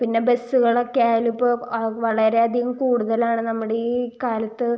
പിന്നെ ബസ്സുകളൊക്കെ അതിൽ ഇപ്പോൾ വളരെ അധികം കൂടുതലാണ് നമ്മുടെ ഈ കാലത്ത്